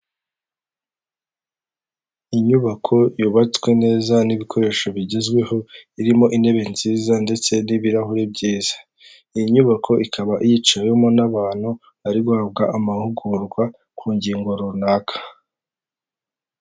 Inyubako yubatswe neza n'ibikoresho bigezweho, irimo intebe nziza ndetse n'ibirahure byiza, iyi nyubako ikaba yicawemo n'abantu bari guhabwa amahugurwa ku ngingo runaka.